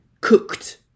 Cooked